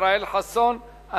ישראל חסון.